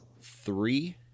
three